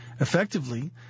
Effectively